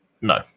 no